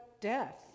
death